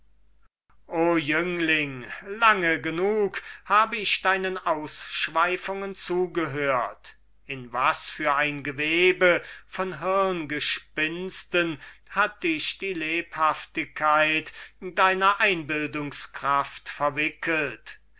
o jüngling lange genug hab ich deinen ausschweifungen zugehört in was für ein gewebe von hirngespinsten hat dich die lebhaftigkeit deiner einbildungskraft verwickelt